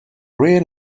rear